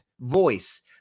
voice